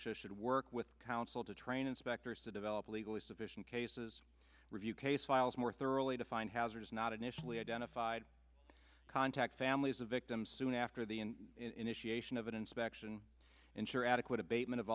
should work with council to train inspectors to develop legally sufficient cases review case files more thoroughly defined hazards not initially identified contacts families of victims soon after the initiation of an inspection ensure adequate abatement of